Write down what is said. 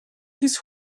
his